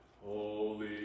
Holy